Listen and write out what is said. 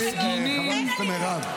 כך מפגינים,